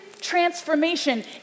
transformation